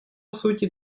сути